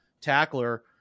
tackler